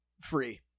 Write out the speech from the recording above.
free